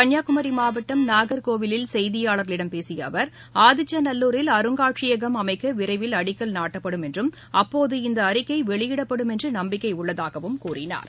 கன்னியாகுமரி மாவட்டம் நாகர்கோவிலில் செய்தியாளர்களிடம் பேசிய அவர் ஆதிச்சநல்லூரில் அருங்காட்சியகம் அமைக்க விரைவில் அடிக்கல் நாட்டப்படும் என்றும் அப்போது இந்த அறிக்கை வெளியிடப்படும் என்று நம்பிக்கை உள்ளதாகவும் தெரிவித்தார்